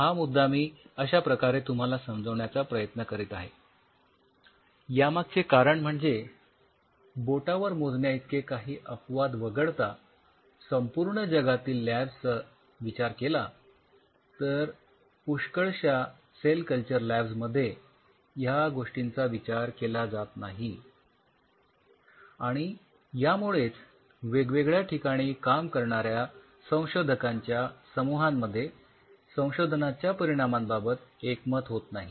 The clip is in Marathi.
हा मुद्दा मी अश्या प्रकारे तुम्हाला समजवण्याचा प्रयत्न करीत आहे यामागचे कारण म्हणजे बोटावर मोजण्याइतके काही अपवाद वगळता संपूर्ण जगातील लॅब्स चा विचार केला तर पुष्कळशा सेल कल्चर लॅब्स मध्ये ह्या गोष्टींचा विचार केला जात नाही आणि यामुळेच वेगवेगळ्या ठिकाणी काम करणाऱ्या संशोधकांच्या समूहांमध्ये संशोधनाच्या परिणामांबाबत एकमत होत नाही